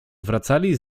wracali